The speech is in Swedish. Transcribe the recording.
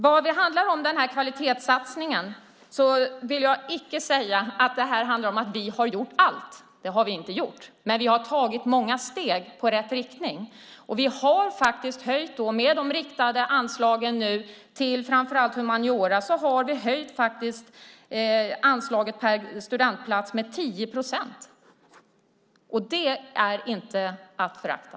När det gäller den här kvalitetssatsningen vill jag icke säga att vi har gjort allt. Det har vi inte gjort. Men vi har tagit många steg i rätt riktning. Med de riktade anslagen, framför allt till humaniora, har vi faktiskt höjt anslaget per studentplats med 10 procent, och det är inte att förakta.